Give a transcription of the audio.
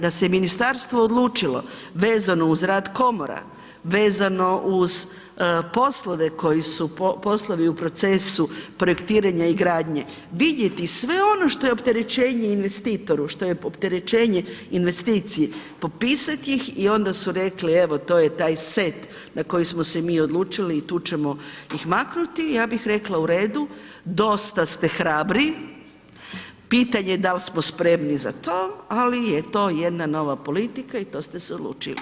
Da se je ministarstvo odlučilo vezano uz rad komora, vezano uz poslove koji su poslovi u procesu projektiranja i gradnje, vidjeti sve ono što je opterećenje investitoru, što je opterećenje investiciji, popisati ih i onda su rekli evo to je taj set na koji smo se mi odlučili i tu ćemo ih maknuti, ja bih rekla u redu, dosta ste hrabri, pitanje da li smo spremni za to, ali eto jedna nova politika i to ste se odlučili.